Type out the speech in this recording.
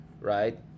right